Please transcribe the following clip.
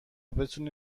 بتونی